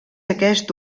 aquest